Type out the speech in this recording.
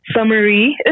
summary